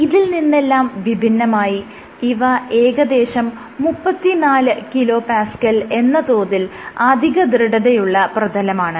ഇതിൽ നിന്നെല്ലാം വിഭിന്നമായി ഇവ ഏകദേശം 34kPa എന്ന തോതിൽ അധിക ദൃഢതയുള്ള പ്രതലമാണ്